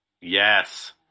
yes